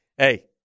Hey